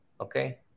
Okay